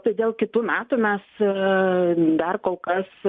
todėl kitų metų mes ir dar kol kas